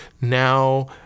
now